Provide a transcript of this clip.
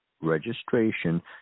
registration